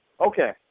Okay